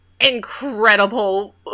incredible